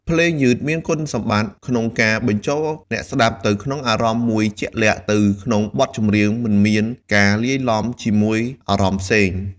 ភ្លេងយឺតមានគុណសម្បត្តិក្នុងការបញ្ចូលអ្នកស្តាប់ទៅក្នុងអារម្មណ៍មួយជាក់លាក់ទៅក្នុងបទចម្រៀងមិនមានការលាយឡំជាមួយអារម្មណ៍ផ្សេង។